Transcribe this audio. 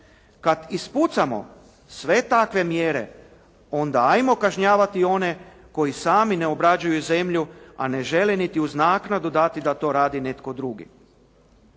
Kad ispucamo sve takve mjere onda ajmo kažnjavati one koji sami ne obrađuju zemlju a ne žele niti uz naknadu dati da to radi netko drugi.